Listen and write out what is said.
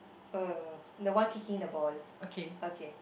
uh the one kicking the ball okay